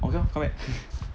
okay lor come back